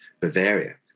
Bavaria